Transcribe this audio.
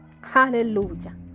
hallelujah